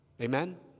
Amen